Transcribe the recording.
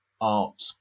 art